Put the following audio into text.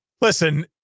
listen